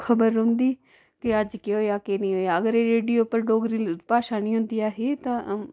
खबर रौहंदी कि अज्ज केह् होआ केह् नेईं होआ ते रेडियो पर अगर डोगरी भाशा निं होंदी ही ते तां